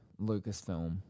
Lucasfilm